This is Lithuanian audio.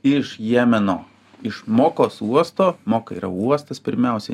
iš jemeno iš mokos uosto moka yra uostas pirmiausia